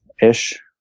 ish